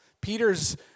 Peter's